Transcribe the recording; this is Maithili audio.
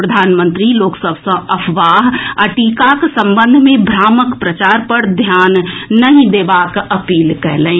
प्रधानमंत्री लोक सभ सँ अफवाह आ टीकाक संबंध मे भ्रामक प्रचार पर ध्यान नहि देबाक अपील कएलनि